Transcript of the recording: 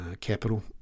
capital